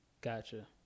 Gotcha